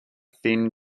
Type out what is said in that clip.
thin